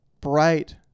bright